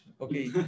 Okay